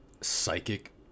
psychic